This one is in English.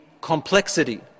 complexity